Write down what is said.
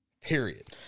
period